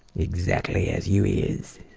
exactly as you is.